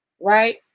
right